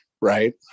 right